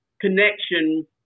connection